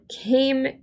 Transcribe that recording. came